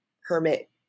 hermit